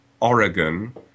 Oregon